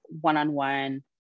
one-on-one